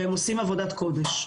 הם עושים עבודת קודש.